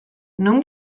non